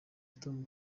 tom